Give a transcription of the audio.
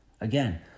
Again